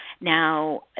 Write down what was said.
Now